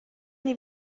nie